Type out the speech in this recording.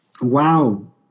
wow